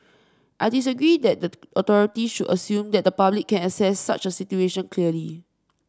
I disagree that the authorities should assume that the public can assess such a situation clearly